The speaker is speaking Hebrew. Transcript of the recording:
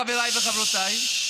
חבריי וחברותיי,